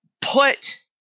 Put